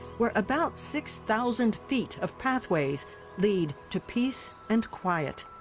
where about six thousand feet of pathways lead to peace and quiet.